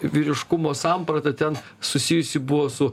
vyriškumo samprata ten susijusi buvo su